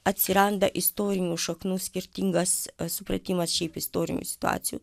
atsiranda istorinių šaknų skirtingas supratimas šiaip istorinių situacijų